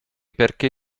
perché